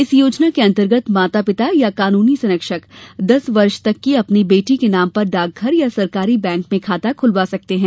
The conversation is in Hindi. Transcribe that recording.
इस योजना के अंतर्गत माता पिता या कानूनी संरक्षक दस वर्ष तक की अपनी बेटी के नाम पर डाकघर या सरकारी बैंक में खाता खुलवा सकते हैं